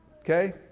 okay